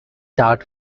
tart